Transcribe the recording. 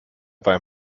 beim